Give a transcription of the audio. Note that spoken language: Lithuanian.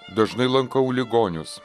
dažnai lankau ligonius